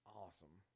awesome